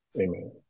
Amen